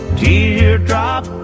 teardrop